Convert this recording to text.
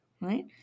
right